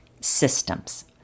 systems